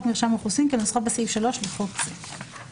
מרשם האוכלוסין כנוסחו בסעיף 3 לחוק זה.